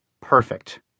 perfect